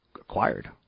acquired